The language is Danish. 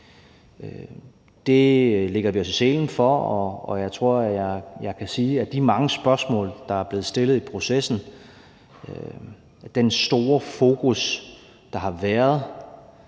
Det lægger vi os i selen for, og jeg tror, jeg kan sige om de mange spørgsmål, der er blevet stillet i processen, og den store fokus, der har været,